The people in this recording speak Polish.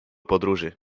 podróży